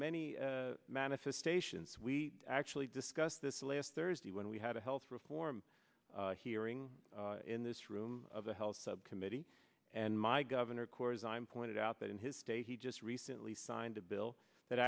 many manifestations we actually discussed this last thursday when we had a health reform hearing in this room of the health subcommittee and my governor corps i'm pointed out that in his state he just recently signed a bill that